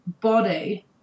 body